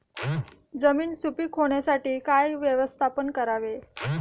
जमीन सुपीक होण्यासाठी काय व्यवस्थापन करावे?